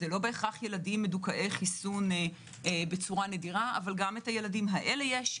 זה לא בהכרח ילדים מדוכאי חיסון בצורה נדירה אבל גם את הילדים האלה יש,